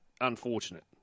unfortunate